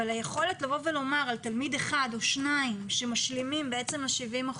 אבל היכולת לבוא ולומר על תלמיד אחד או שניים שמשלימים את ה-70 אחוזים.